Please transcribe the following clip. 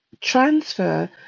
transfer